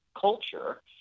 culture